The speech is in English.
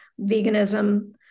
veganism